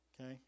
Okay